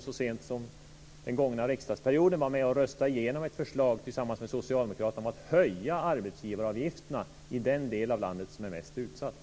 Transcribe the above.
Så sent som den gångna riksdagsperioden röstade de, tillsammans med Socialdemokraterna, igenom ett förslag om att höja arbetsgivaravgifterna i den del av landet som är mest utsatt.